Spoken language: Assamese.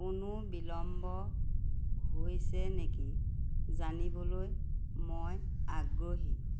কোনো বিলম্ব হৈছে নেকি জানিবলৈ মই আগ্ৰহী